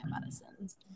medicines